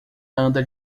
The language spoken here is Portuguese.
anda